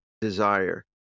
desire